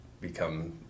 become